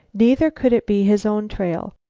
neither could it be his own trail,